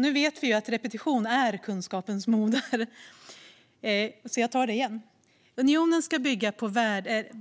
Vi vet ju att repetition är kunskapens moder, så jag upprepar det som andra redan läst upp: "Unionen ska bygga på